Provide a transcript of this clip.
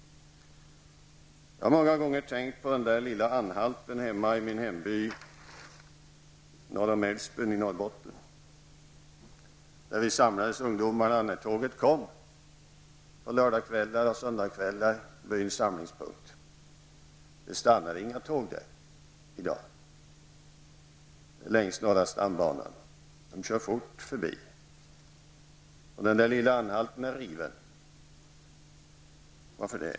Jag har många gånger tänkt på den lilla anhalten i min hemby norr om Älvsbyn i Norrbotten. Där samlades vi ungdomar på lördags och söndagskvällar när tåget kom. Det var byns samlingspunkt. Numera stannar det inga tåg där. Tågen kör fort förbi på den norra stambanan. Den lilla anhalten är nedlagd. Varför?